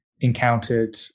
encountered